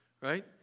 right